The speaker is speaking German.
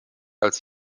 als